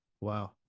Wow